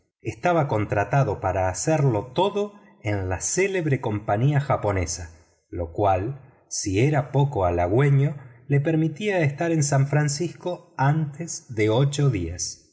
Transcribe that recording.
estaba contratado para hacerlo todo en la célebre compañía japonesa lo cual si era poco halagüeño le permitiría estar en san francisco antes de ocho días